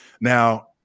Now